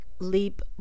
leap